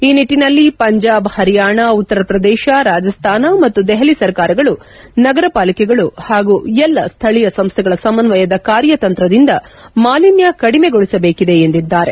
ಈ ನಿಟ್ಟನಲ್ಲಿ ಪಂಜಾಬ್ ಹರಿಯಾಣ ಉತ್ತರ ಪ್ರದೇಶ ರಾಜಸ್ತಾನ ಮತ್ತು ದೆಹಲಿ ಸರ್ಕಾರಗಳು ನಗರಪಾಲಿಕೆಗಳು ಹಾಗೂ ಎಲ್ಲ ಸ್ವಳೀಯ ಸಂಸ್ವೆಗಳ ಸಮನ್ವಯದ ಕಾರ್ಯತಂತ್ರದಿಂದ ಮಾಲಿನ್ಯ ಕಡಿಮೆಗೊಳಿಸಬೇಕಿದೆ ಎಂದಿದ್ದಾರೆ